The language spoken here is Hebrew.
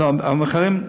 לא, עם אחרים.